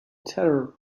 terror